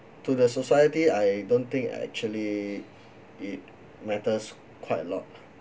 to the society I don't think actually it matters quite a lot